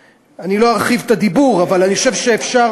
ואני לא ארחיב את הדיבור, אבל אני חושב שאפשר,